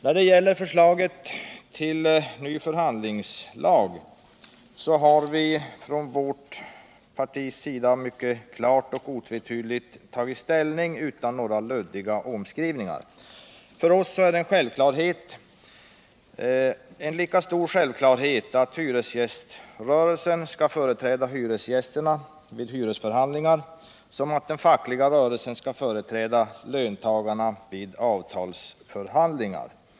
När det gäller förslaget till ny förhandlingslag har vi från vårt partis sida mycket klart och otvetydigt tagit ställning utan några luddiga omskrivningar. För oss är det en lika stor självklarhet att hyresgäströrelsen skall företräda hyresgästerna vid hyresförhandlingar som att den fackliga rörelsen skall företräda löntagarna vid avtalsförhandlingar.